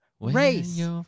race